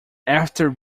after